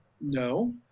no